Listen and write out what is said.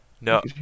No